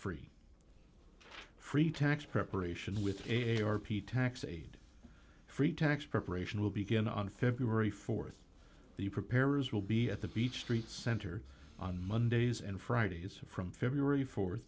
free free tax preparation with a r p tax aid free tax preparation will begin on february th the preparers will be at the beach street center on mondays and fridays from february